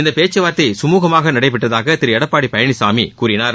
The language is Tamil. இந்த பேச்சுவார்த்தை சுமுகமாக நடைபெற்றதாக திரு எடப்பாடி பழனிசாமி கூறினார்